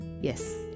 yes